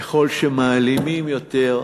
ככל שמעלימים יותר,